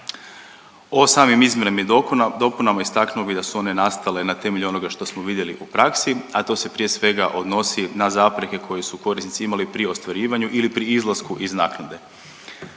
O samim izmjenama i dopunama istaknuo bih da su one nastale na temelju onoga što smo vidjeli u praksi, a to se prije svega odnosi na zapreke koje su korisnici imali pri ostvarivanju ili pri izlasku iz naknade.